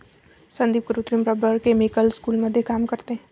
संदीप कृत्रिम rubber chemical स्कूलमध्ये काम करते